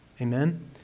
Amen